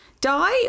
Die